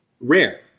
rare